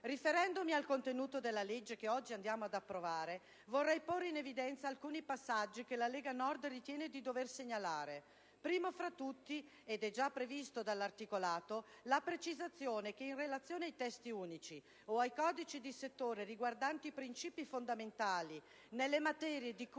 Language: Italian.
Riferendomi al contenuto della legge che oggi andiamo ad approvare, vorrei porre in evidenza alcuni passaggi che la Lega Nord ritiene di dover segnalare. Primo fra tutti, ed è già previsto dall'articolato, la precisazione che in relazione ai testi unici o ai codici di settore riguardanti principi fondamentali nelle materie di cui